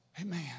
Amen